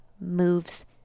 moves